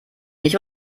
nicht